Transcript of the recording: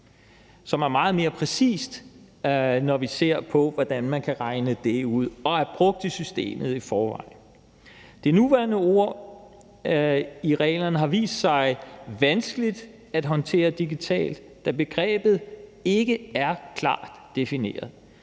som er meget mere præcist, når vi ser på, hvordan man kan regne det ud, og det bruges også i systemet i forvejen. Det nuværende ord, der bruges i reglerne har vist sig vanskeligt at håndtere digitalt, da begrebet ikke er klart defineret.